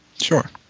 sure